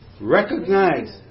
Recognize